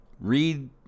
read